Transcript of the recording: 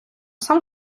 сам